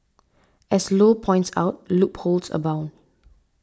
as Low points out loopholes abound